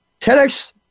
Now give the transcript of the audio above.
TEDx